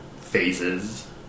phases